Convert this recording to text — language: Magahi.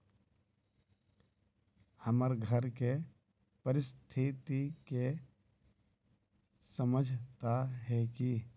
हमर घर के परिस्थिति के समझता है की?